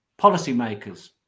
policymakers